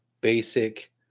basic